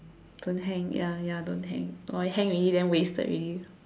don't hang ya ya don't hang oh you hang already then wasted already